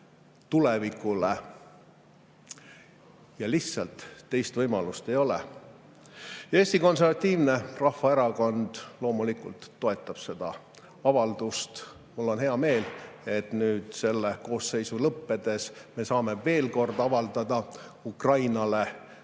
tulevikule. Lihtsalt teist võimalust ei ole. Eesti Konservatiivne Rahvaerakond loomulikult toetab seda avaldust. Mul on hea meel, et nüüd, selle koosseisu lõppedes, me saame veel kord avaldada Ukrainale